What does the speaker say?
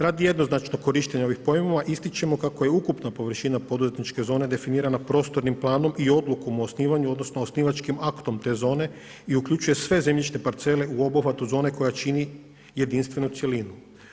Radi jednoznačnog korištenja ovih pojmova ističemo kako je ukupna površina poduzetničke zone definirana prostornim planom i odlukom o osnivanju, odnosno osnivačkim aktom te zone i uključuje sve zemljišne parcele u obuhvatu zone koja čini jedinstvenu cjelinu.